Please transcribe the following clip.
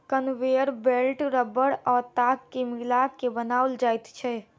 conveyor belt रबड़ आ ताग के मिला के बनाओल जाइत छै